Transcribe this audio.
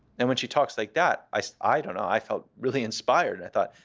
and when she talks like that, i so i don't know. i felt really inspired. i thought,